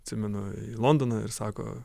atsimenu į londoną ir sako